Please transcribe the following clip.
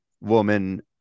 woman